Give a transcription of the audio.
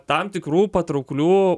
tam tikrų patrauklių